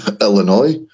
Illinois